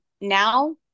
now